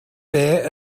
beth